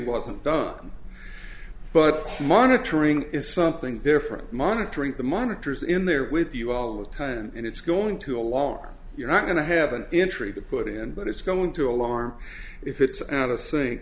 wasn't done but monitoring is something different monitoring the monitors in there with you all the time and it's going to alarm you're not going to have an intruder put in but it's going to alarm if it's out of s